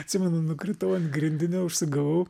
atsimenu nukritau ant grindinio užsigavau